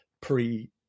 pre